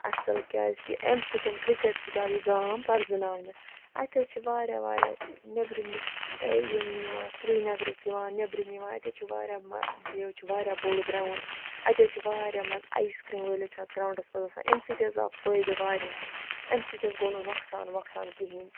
اَصل کیازکہِ امہ سۭتنۍ کرکٹ سۭتۍ آو یہِ گام پَرزٕناونہٕ اَتہِ حظ چھِ واریاہ واریاہ نیٚبرِم یِم یِوان سرینَگرٕکۍ یِوان نیٚبرِم یِوان اَتہِ حظ چھِ واریاہ یہِ حظ چھُ واریاہ بوٚڑ گراوُنٛڈ اَتہِ حظ چھُ واریاہ مان ژٕ اَیِس کریٖم وٲلۍ حظ چھِ اَتھ گراوُنڈَس مَنٛز آسان امہ سۭتۍ حظ آو فٲہدٕ واریاہَن امہ سۭتۍ حظ گو نہٕ نۄقصان وۄقصان کِہِنۍ